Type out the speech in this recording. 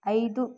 ಐದು